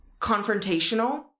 confrontational